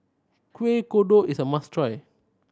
Kuih Kodok is a must try